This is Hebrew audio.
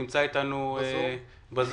הוא נמצא אתנו בזום.